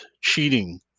cheating